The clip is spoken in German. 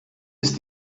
ist